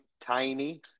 tiny